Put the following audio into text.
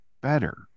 better